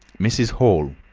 mrs. hall,